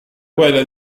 quella